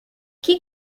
qui